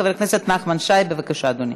חבר הכנסת נחמן שי, בבקשה, אדוני.